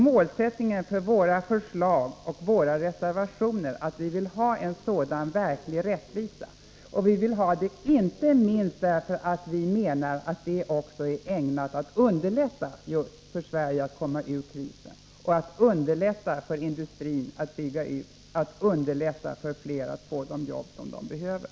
Målet för våra förslag och reservationer är att vi vill ha en verklig rättvisa, inte minst därför att vi menar att det också är ägnat att underlätta just för Sverige att komma ur krisen, att underlätta för industrin att bygga ut och att underlätta för flera människor att få de arbeten som de behöver.